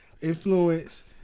influence